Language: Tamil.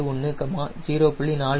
71 0